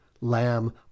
Lamb